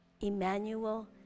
Emmanuel